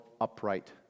upright